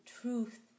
truth